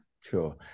Sure